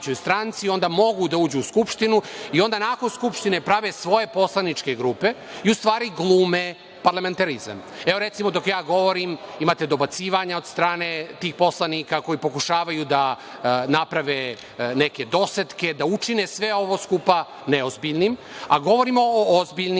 onda mogu da uđu u Skupštinu i onda nakon Skupštine prave svoje poslaničke grupe i u stvari glume parlamentarizam. Recimo, dok ja govorim imate dobacivanja od strane tih poslanika koji pokušavaju da naprave neke dosetke, da učine sve ovo skupa neozbiljnim, a govorimo o ozbiljnim